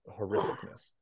horrificness